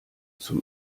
zum